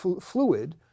fluid